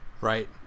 right